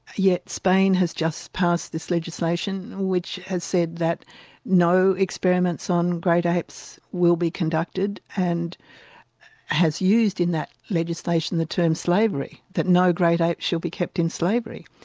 yet spain has just passed this legislation which has said that no experiments on great apes will be conducted and has used in that legislation the term slavery, that no great ape shall be kept in slavery.